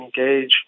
engage